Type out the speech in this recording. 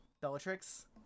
Bellatrix